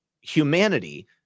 humanity